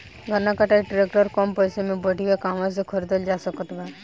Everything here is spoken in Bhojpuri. गन्ना कटाई ट्रैक्टर कम पैसे में बढ़िया कहवा से खरिदल जा सकत बा?